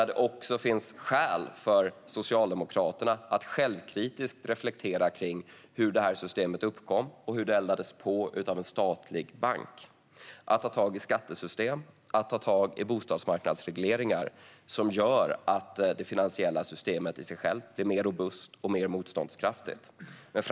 Det finns också skäl för Socialdemokraterna att självkritiskt reflektera kring hur detta system uppkom och hur det eldades på av en statlig bank samt att ta tag i skattesystem och bostadsmarknadsregleringar så att det finansiella systemet i sig självt blir mer robust och motståndskraftigt.